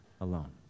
alone